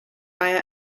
via